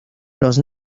los